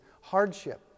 hardship